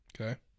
Okay